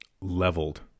Leveled